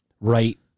right